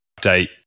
update